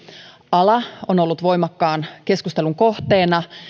ala on ollut voimakkaan keskustelun kohteena